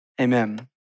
amen